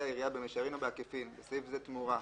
העירייה במישרין או בעקיפין (בסעיף זה תמורה)